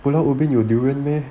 pulau ubin 有 durian meh